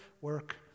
work